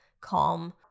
calm